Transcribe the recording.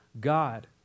God